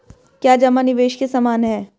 क्या जमा निवेश के समान है?